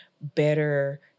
better